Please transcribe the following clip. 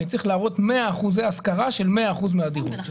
אני צריך להראות מאה אחוזי השכרה של מאה אחוזים מהדירות.